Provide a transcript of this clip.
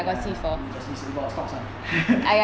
ya mm got see seeing got stocks lah